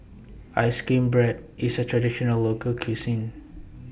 Ice Cream Bread IS A Traditional Local Cuisine